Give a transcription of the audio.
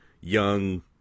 young